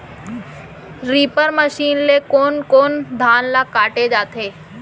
Reaper machine ले कोन कोन धान ल काटे जाथे?